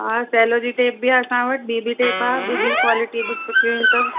हा सेलो जी टेप बि आहे असां वटि ॿी बि टेप आहे क्वालिटी बि सुठियूं आहिनि सभु